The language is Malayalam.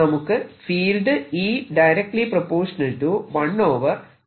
നമുക്ക് ഫീൽഡ് എന്നെടുക്കാം